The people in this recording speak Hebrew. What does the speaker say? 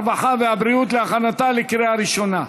הרווחה והבריאות להכנתה לקריאה ראשונה.